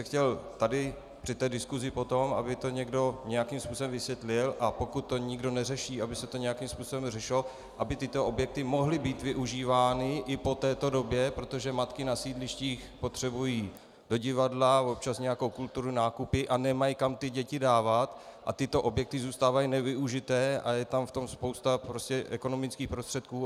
Chtěl bych tady při té diskusi potom, aby to někdo nějakým způsobem vysvětlil, a pokud to nikdo neřeší, aby se to nějakým způsobem řešilo, aby tyto objekty mohly být využívány i po této době, protože matky na sídlištích potřebují do divadla, občas nějakou kulturu, nákupy a nemají ty děti kam dávat a tyto objekty zůstávají nevyužité a je tam v tom prostě spousta ekonomických prostředků.